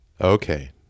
Okay